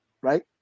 right